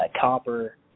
copper